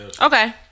Okay